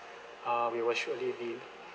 uh we were surely be